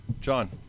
John